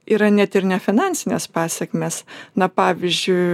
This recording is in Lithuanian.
yra net ir nefinansinės pasekmės na pavyzdžiu